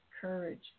courage